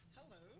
Hello